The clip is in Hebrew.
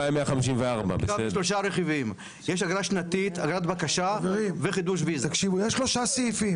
2,154. תקשיבו, יש שלושה סעיפים